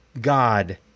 God